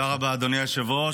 תודה רבה, אדוני היושב-ראש.